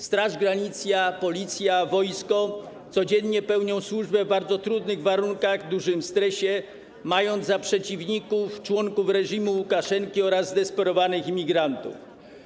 Straż Graniczna, Policja, wojsko codziennie pełnią służbę w bardzo trudnych warunkach, w dużym stresie, mając za przeciwników członków reżimu Łukaszenki oraz zdesperowanych imigrantów.